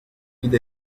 with